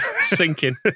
sinking